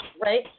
Right